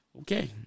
Okay